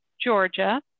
Georgia